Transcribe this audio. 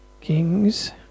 Kings